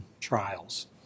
trials